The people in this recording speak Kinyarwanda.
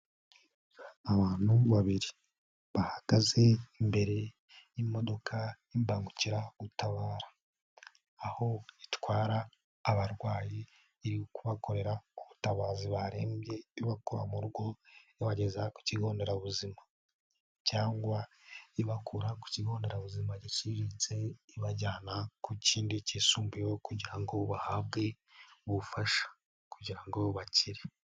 Abantu babiri bahagaze imbere y'imodoka y'imbangukiragutabara, aho itwara abarwayi iri kubakorera ubutabazi barembye ibakura mu rugo ibageza ku kigo nderabuzima cyangwa ibakura ku kigo nderabuzima giciriritse ibajyana ku kindi kisumbuyeho kugira ngo bahabwe ubufasha kugira ngo bakire.